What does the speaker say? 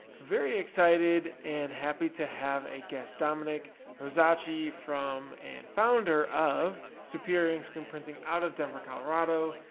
very excited and happy to have a guest, dominic rosacci from and founder of superior ink screen printing out of denver, colorado.